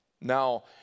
Now